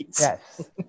Yes